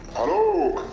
hello.